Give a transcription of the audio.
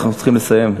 אנחנו צריכים לסיים.